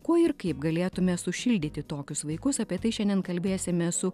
kuo ir kaip galėtume sušildyti tokius vaikus apie tai šiandien kalbėsime su